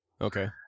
Okay